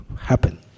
happen